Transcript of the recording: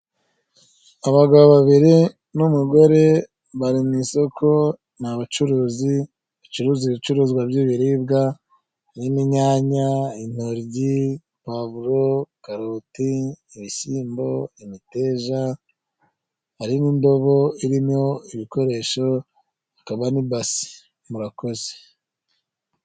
Abagabo babiri n'umugore bari mu isoko ni abacuruzi bacuruza ibicuruzwa by'ibiribwa nkinyanya ,intoryi, puwavuro, karoti ,ibishyimbo ,imiteja hari n'indobo irimo ibikoresho hakaba nibasi murakoze .